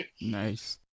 Nice